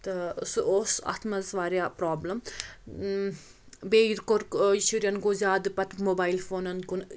تہٕ سُہ اوس اَتھ منٛز واریاہ پرٛابلم بیٚیہِ کوٚر شُرٮ۪ن گوٚو زیادٕ پَتہٕ موبایِل فونَن کُن